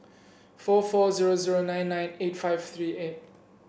four four zero zero nine nine eight five three eight